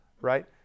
right